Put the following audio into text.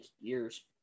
years